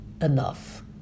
enough